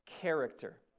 character